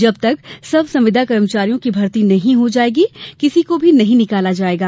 जब तक सब संविदा कर्मचारियों की भर्ती नहीं हो जायेगी किसी को नहीं निकाला जायेगा